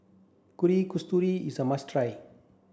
Kuih Kasturi is a must try